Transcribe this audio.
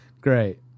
great